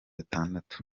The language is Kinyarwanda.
atandatu